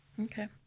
Okay